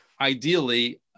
ideally